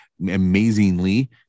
amazingly